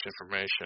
information